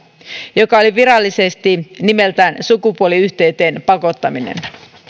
joka oli virallisesti nimeltään sukupuoliyhteyteen pakottaminen